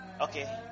Okay